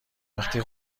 وقتی